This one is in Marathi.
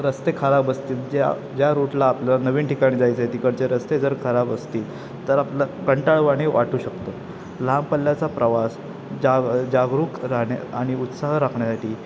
रस्ते खराब असतील ज्या ज्या रूटला आपल्याला नवीन ठिकाणी जायचं आहे तिकडचे रस्ते जर खराब असतील तर आपलं कंटाळवाणी वाटू शकतो लहान पल्ल्याचा प्रवास जाग जागरूक राहणे आणि उत्साह राखण्यासाठी